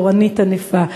תורנית ענפה,